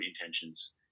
intentions